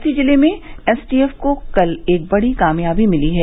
बस्ती जिले में एसटीएफ को कल एक बड़ी कामयाबी मिली है